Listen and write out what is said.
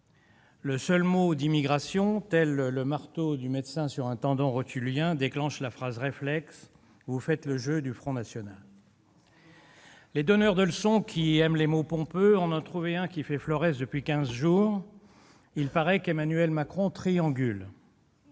Le seul mot « immigration », tel le marteau du médecin sur le tendon rotulien, déclenche la phrase réflexe :« Vous faites le jeu du Front national. » Rassemblement national ! Les donneurs de leçons, qui aiment les mots pompeux, en ont trouvé un qui fait florès depuis quinze jours : il paraît qu'Emmanuel Macron « triangule